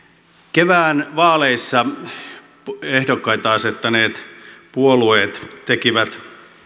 kevään vaaleissa ehdokkaita asettaneet puolueet tekivät